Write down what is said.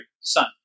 son